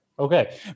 Okay